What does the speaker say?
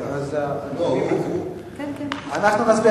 אנחנו נצביע.